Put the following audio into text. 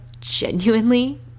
genuinely